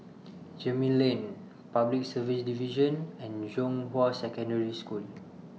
Gemmill Lane Public Service Division and Zhonghua Secondary School